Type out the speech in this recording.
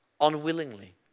Unwillingly